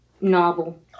novel